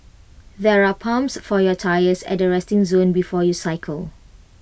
there are pumps for your tyres at the resting zone before you cycle